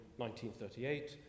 1938